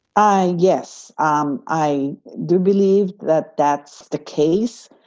i yes, um i do believe that that's the case.